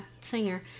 singer